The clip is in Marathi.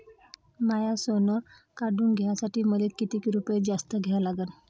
माय सोनं काढून घ्यासाठी मले कितीक रुपये जास्त द्या लागन?